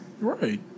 right